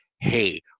hey